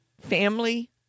Family